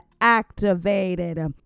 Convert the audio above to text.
activated